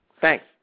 Thanks